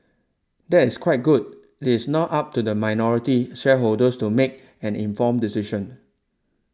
that is quite good it is now up to the minority shareholders to make an informed decision